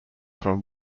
from